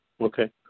Okay